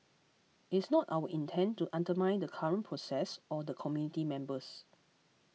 it's not our intent to undermine the current process or the committee members